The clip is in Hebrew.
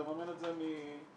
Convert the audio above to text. תממן את זה מתקציבך.